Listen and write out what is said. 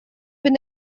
been